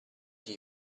che